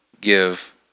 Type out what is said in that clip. give